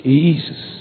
Jesus